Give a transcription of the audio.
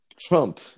Trump